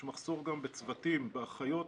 יש מחסור גם בצוותים באחיות,